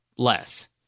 less